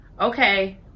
Okay